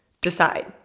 decide